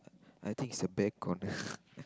I think it's a bad corner